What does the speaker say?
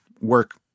work